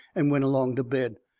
and went along to bed.